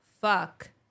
fuck